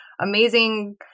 amazing